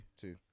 Two